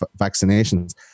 vaccinations